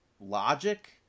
Logic